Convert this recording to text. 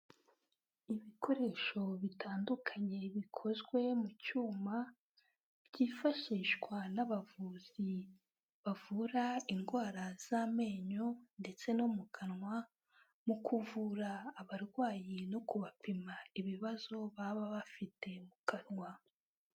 Ibikoresho bitandukanye bikozwe mu cyuma byifashishwa n'abavuzi bavura indwara z'amenyo ndetse no mu kanwa mu kuvura abarwayi no kubapima ibibazo baba bafite mu kanwa.